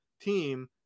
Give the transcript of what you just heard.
team